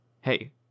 hey